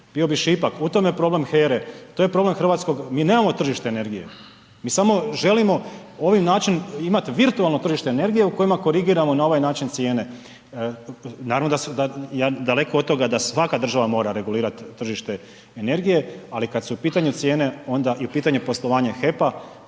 bio bi šipak. U tome je problem HERE, to je problem hrvatskog, mi nemamo tržište energije, mi samo želimo ovim načinom imati virtualno tržište energije u kojima korigiramo na ovaj način cijene. Naravno da, daleko od toga da svaka država mora regulirat tržište energije, ali kad su u pitanju cijene onda i u pitanju poslovanje HEP-a